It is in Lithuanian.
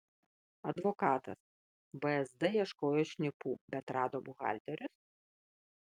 advokatas vsd ieškojo šnipų bet rado buhalterius